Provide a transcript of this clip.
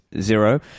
zero